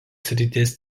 srities